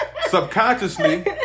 Subconsciously